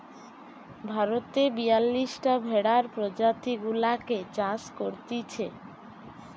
ভারতে বিয়াল্লিশটা ভেড়ার প্রজাতি গুলাকে চাষ করতিছে